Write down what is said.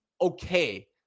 okay